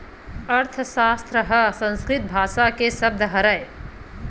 अर्थसास्त्र ह संस्कृत भासा के सब्द हरय